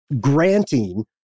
granting